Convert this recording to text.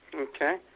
Okay